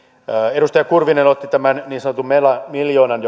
edustaja kurvinen otti tämän niin sanotun mela miljoonan